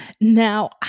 Now